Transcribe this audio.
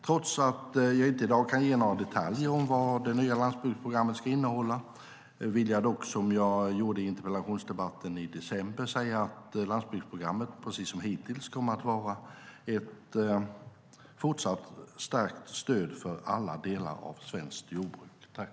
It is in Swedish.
Trots att jag inte i dag kan ge några detaljer om vad det nya landsbygdsprogrammet ska innehålla vill jag dock, som jag gjorde i interpellationsdebatten i december, säga att landsbygdsprogrammet precis som det har varit hittills kommer att vara ett fortsatt starkt stöd för alla delar av svenskt jordbruk.